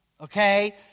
Okay